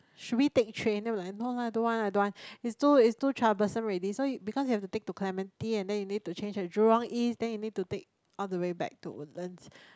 should we take train then we like no lah don't want lah don't want it's too it's too troublesome already so because you have to take to Clementi and then you have to change at Jurong-East then you need to take all the way back to Woodlands